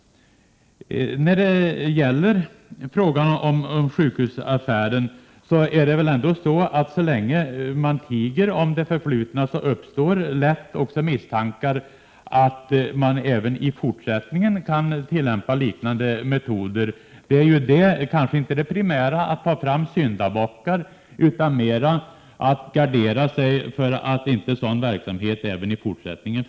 När det gäller sjukhusaffären vill jag säga att så länge man tiger om det förflutna uppstår lätt misstankar att man även i fortsättningen kan tillämpa liknande metoder. Det primära är kanske inte att ta fram syndabockar utan att gardera sig mot att sådan verksamhet förekommer även i fortsättningen.